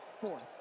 fourth